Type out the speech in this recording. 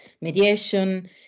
mediation